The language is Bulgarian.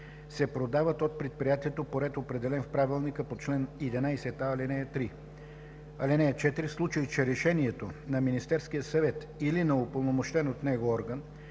се продават от предприятието по ред, определен в правилника по чл. 11а, ал. 3. (4) В случай че решението на Министерския съвет или на упълномощен от него орган,